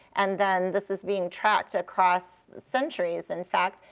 and then this is being tracked across centuries, in fact,